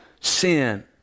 sin